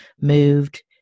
moved